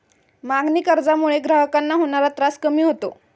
मागणी कर्जामुळे ग्राहकांना होणारा त्रास कमी होतो